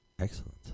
Excellent